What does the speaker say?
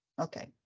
Okay